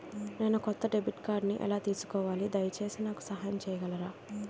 నేను కొత్త డెబిట్ కార్డ్ని ఎలా తీసుకోవాలి, దయచేసి నాకు సహాయం చేయగలరా?